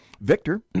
Victor